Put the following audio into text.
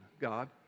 God